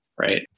right